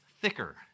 thicker